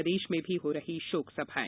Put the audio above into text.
प्रदेश में भी हो रही शोक सभाएं